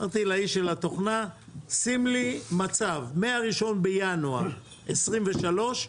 אמרתי לאיש של התוכנה שים לי מצב מה-1 בינואר 2023,